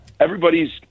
Everybody's